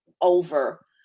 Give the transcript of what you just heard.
over